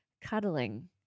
cuddling